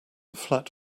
flat